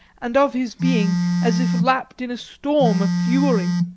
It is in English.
and of his being as if lapped in a storm of fury.